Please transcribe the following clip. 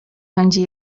będzie